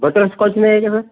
butterscotch नाही आहे का मग